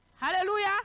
Hallelujah